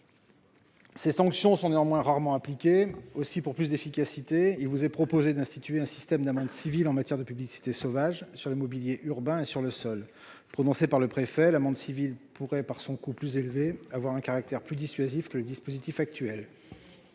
ces sanctions sont rarement appliquées. Pour plus d'efficacité, il est proposé d'instituer un système d'amendes civiles en matière de publicité sauvage sur le mobilier urbain et sur le sol. Prononcée par le préfet, l'amende civile pourrait, par son coût plus élevé, avoir un caractère plus dissuasif que le dispositif actuel.